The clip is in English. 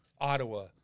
Ottawa